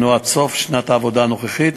הוא עד סוף שנת העבודה הנוכחית.